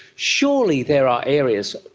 surely there are areas,